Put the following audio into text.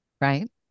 Right